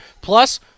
Plus